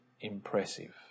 impressive